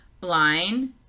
line